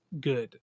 good